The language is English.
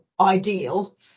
ideal